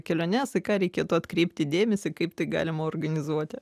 keliones į ką reikėtų atkreipti dėmesį kaip tai galima organizuoti